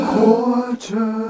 Quarter